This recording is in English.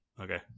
Okay